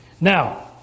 Now